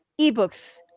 ebooks